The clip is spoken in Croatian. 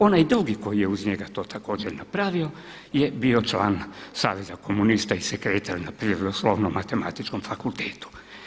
Onaj drugi koji je uz njega to također napravio, je bio član Saveza komunista i sekretar na Prirodoslovno-matematičkom fakultetu.